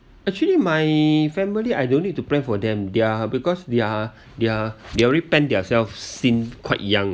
actually my family I don't need to plan for them they're because they're they're they already plan their self since quite young